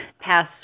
pass